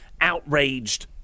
outraged